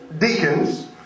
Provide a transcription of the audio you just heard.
Deacons